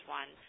one